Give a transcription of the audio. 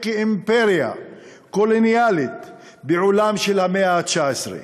כאימפריה קולוניאלית בעולם של המאה ה-19.